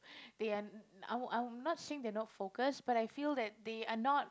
they are n~ I'm I'm not saying they are not focus but I feel that they are not